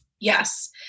Yes